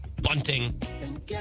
bunting